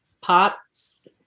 pots